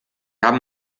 haben